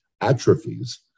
atrophies